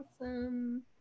awesome